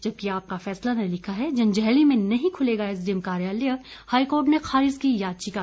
जबकि आपका फैसला ने लिखा है जंजैहली में नहीं खुलेगा एसडीएम कार्यालय हाईकोर्ट ने खारिज की याचिका